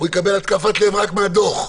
הוא יקבל התקפת לב רק מהדוח.